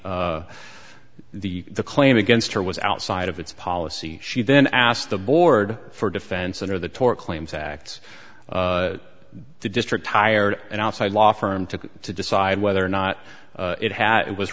that the the claim against her was outside of its policy she then asked the board for defense under the tort claims act the district tired and outside law firm took to decide whether or not it hat was